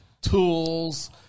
tools